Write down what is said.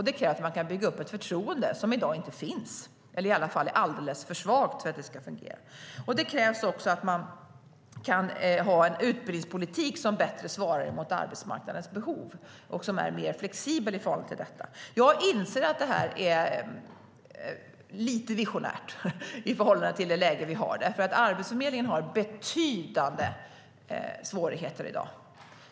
Det kräver att man kan bygga upp ett förtroende som i dag inte finns, eller som i alla fall är alldeles för svagt för att det ska fungera. Det krävs också en utbildningspolitik som bättre svarar mot arbetsmarknadens behov och som är mer flexibel i förhållande till detta. Jag inser att detta är lite visionärt i förhållande till det läge vi har. Arbetsförmedlingen har betydande svårigheter i dag.